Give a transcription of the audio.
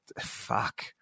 fuck